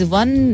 one